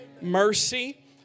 mercy